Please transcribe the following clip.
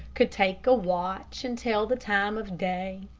could take a watch and tell the time of day.